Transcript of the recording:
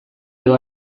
edo